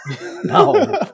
No